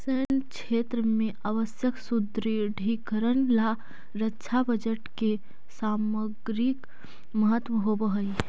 सैन्य क्षेत्र में आवश्यक सुदृढ़ीकरण ला रक्षा बजट के सामरिक महत्व होवऽ हई